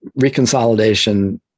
reconsolidation